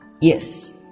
Yes